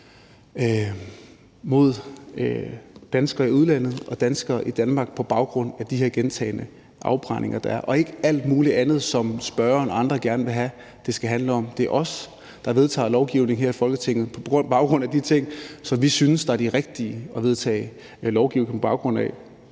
mod danskere i udlandet og danskere i Danmark på baggrund af de her gentagne afbrændinger, der er. Det er ikke på grund af alt muligt andet, som spørgeren og andre gerne vil have at det skal handle om. Det er os, der vedtager lovgivningen her i Folketinget på baggrund af de ting, som vi synes er de rigtige at vedtage lovgivning på baggrund af.